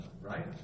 right